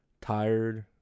tired